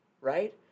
right